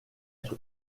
être